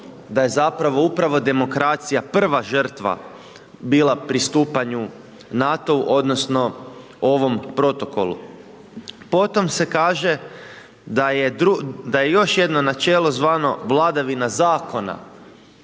da je zapravo upravo demokracija prva žrtva bila pristupanju NATO-u odnosno ovom protoku. Potom se, kaže, da je još jedno načelo zvano vladavina zakona,